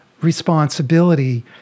responsibility